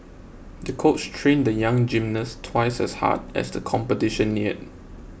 the coach trained the young gymnast twice as hard as the competition neared